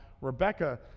Rebecca